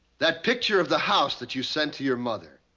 that picture of the house that you sent to your mother,